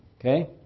Okay